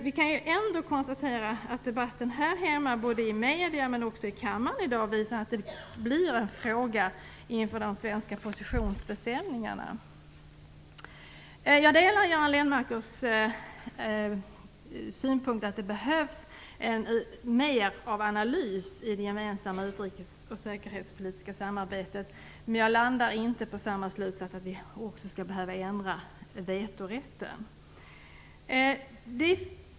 Vi kan ändå konstatera att debatten här hemma både i medier och i kammaren i dag blir av betydelse inför de svenska positionsbestämningarna. Jag delar Göran Lennmarkers synpunkt att det behövs mer av analys i det gemensamma utrikes och säkerhetspolitiska samarbetet, men jag landar inte på samma slutsats, dvs. att vi också skall behöva ändra på vetorätten.